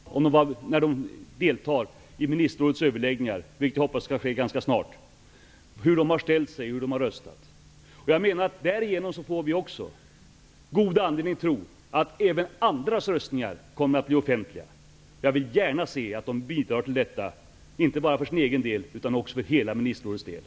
Herr talman! Ja, definitivt, absolut. Det skulle vara en skandal om svenska ministrar som deltar i ministerrådets överläggningar -- vilket jag hoppas skall ske ganska snart -- inte talar om hur de har ställt sig och röstat. Därigenom får vi också god anledning att tro att även andras röstningar kommer att bli offentliga. Jag vill gärna se att de bidrar till detta, inte bara för sin egen del, utan också för hela ministerrådets del.